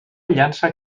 llança